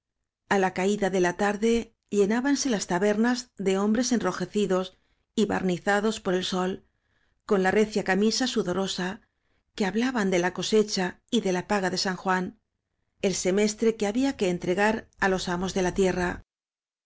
vega a la caída de la tarde llenábanse las tabernas de hombres enrojecidos y barnizados por el sol con la recia camisa ft z j sudorosa que hablaban de la cosecha y de la paga de san juan el semestre que había que entregar á los amos de la tierra